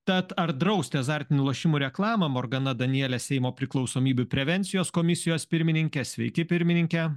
tad ar drausti azartinių lošimų reklamą morgana danielė seimo priklausomybių prevencijos komisijos pirmininkė sveiki pirmininke